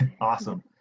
awesome